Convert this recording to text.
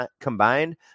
combined